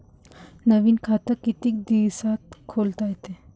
नवीन खात कितीक दिसात खोलता येते?